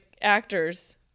actors